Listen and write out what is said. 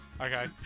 okay